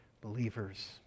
believers